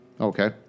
Okay